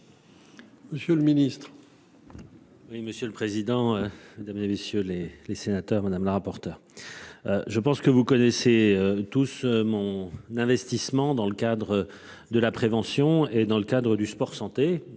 Monsieur le ministre. Oui, monsieur le président, Mesdames, et messieurs les les sénateurs, madame la rapporteure. Je pense que vous connaissez tous mon investissement dans le cadre de la prévention et dans le cadre du sport santé,